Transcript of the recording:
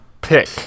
pick